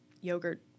yogurt